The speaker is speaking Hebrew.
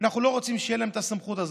אנחנו לא רוצים שתהיה להם הסמכות הזאת.